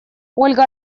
ольга